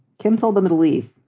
kim told them to leave.